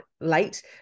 late